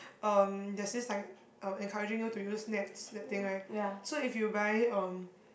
um there's this is like oh encouraging you do you use nets that thing right so if you buy um